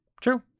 true